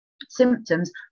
symptoms